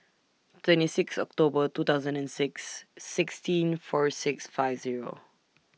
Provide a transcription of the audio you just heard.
twenty six October two thousand and six sixteen four six five Zero